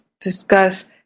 discuss